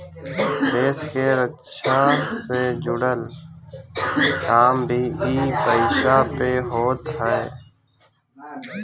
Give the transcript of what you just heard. देस के रक्षा से जुड़ल काम भी इ पईसा से होत हअ